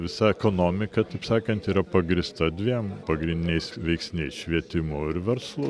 visa ekonomika taip sakant yra pagrįsta dviem pagrindiniais veiksniais švietimu ir verslu